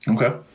Okay